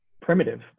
primitive